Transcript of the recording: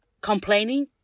complaining